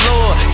Lord